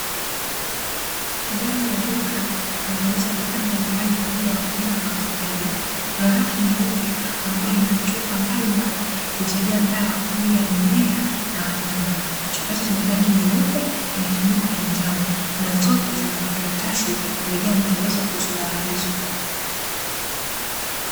Ndani ya duka linalouza bidhaa mbalimbali kwa ajili ya wakulima na wafugaji. Kuna rafu nyeupe ambayo ina chupa mbalimbali, zilizojaa dawa kwa ajili ya mimea na wanyama. Na chupa hizo zina rangi nyeupe na mifuniko ya njano. Na zote zina vikaratasi vilivyojaa maelezo ya kuhusu dawa hizo.